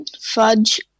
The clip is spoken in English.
fudge